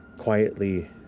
Quietly